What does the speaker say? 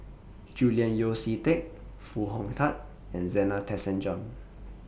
Julian Yeo See Teck Foo Hong Tatt and Zena Tessensohn